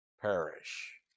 perish